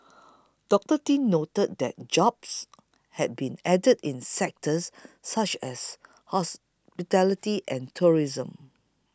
Doctor Tin noted that jobs had been added in sectors such as hospitality and tourism